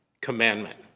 commandment